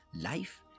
life